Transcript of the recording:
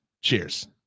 cheers